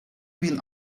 been